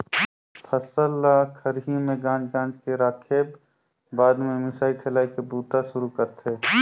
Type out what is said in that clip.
फसल ल खरही में गांज गांज के राखेब बाद में मिसाई ठेलाई के बूता सुरू करथे